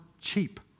cheap